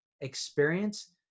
experience